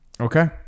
Okay